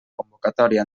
convocatòria